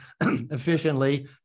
efficiently